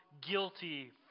guilty